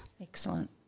Excellent